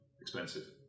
expensive